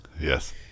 Yes